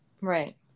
right